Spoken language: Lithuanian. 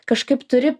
kažkaip turi